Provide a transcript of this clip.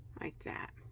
like that